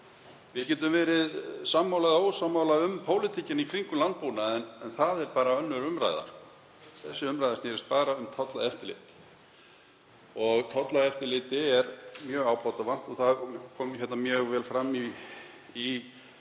Við getum verið sammála eða ósammála um pólitíkina í kringum landbúnaðinn, en það er bara önnur umræða. Þessi umræða snýst um tolleftirlit. Tolleftirliti er mjög ábótavant og kom það mjög vel fram í